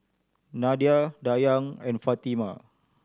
Nadia Dayang and Fatimah